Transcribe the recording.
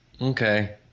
Okay